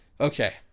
Okay